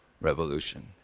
Revolution